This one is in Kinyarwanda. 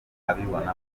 abibonamo